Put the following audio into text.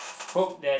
hope that